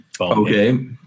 okay